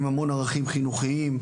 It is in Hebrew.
עם המון ערכים חינוכיים,